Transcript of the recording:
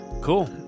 Cool